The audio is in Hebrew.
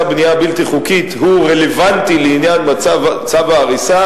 בנייה בלתי חוקית הוא רלוונטי לעניין צו ההריסה,